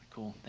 Cool